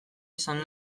izan